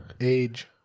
Age